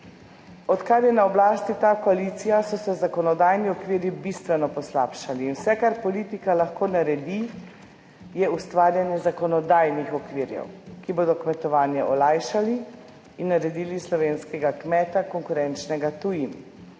Odkar je na oblasti ta koalicija so se zakonodajni okvir bistveno poslabšali. In vse, kar politika lahko naredi je ustvarjanje zakonodajnih okvirjev, ki bodo kmetovanje olajšali in naredili slovenskega kmeta konkurenčnega tujim.